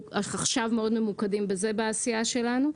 אנחנו עכשיו מאוד ממוקדים בזה בעשייה שלנו.